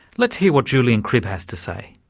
let's hear what julian cribb has to say.